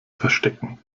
verstecken